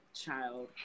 child